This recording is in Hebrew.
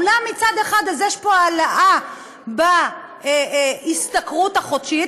אולי מצד אחד יש פה העלאה בהשתכרות החודשית,